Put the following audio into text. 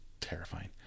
terrifying